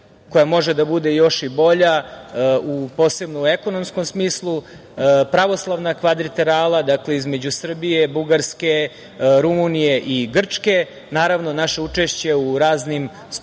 koja možda da bude još i bolja, posebno u ekonomskom smislu, pravoslavna kvadriterala, dakle, između Srbije, Bugarske, Rumunije i Grčke, naravno, naše učešće u raznim sporazumima,